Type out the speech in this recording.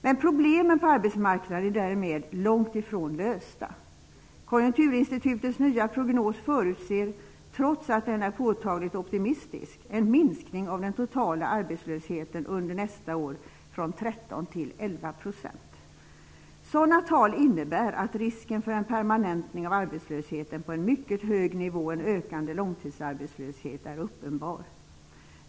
Men problemen på arbetsmarknaden är därmed långt ifrån lösta. Konjunkturinstitutets nya prognos förutser, trots att den är påtagligt optimistisk, en minskning av den totala arbetslösheten under nästa år från 13 till 11 %. Sådana tal innebär att risken för en permanentning av arbetslösheten på en mycket hög nivå och en ökande långtidsarbetslöshet är uppenbar.